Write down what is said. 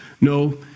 No